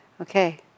Okay